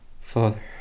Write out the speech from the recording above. father